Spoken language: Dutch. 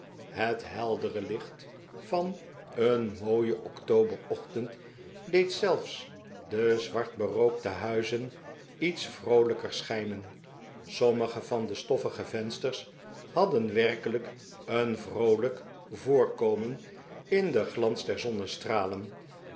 het heldere licht van een mooien octoberochtend deed zelfs de zwart berookte huizen iets vroolijker schijnen sommige van de stoffige vensters hadden werkelijk een vroolijk voorkomen in den glans der zonnestralen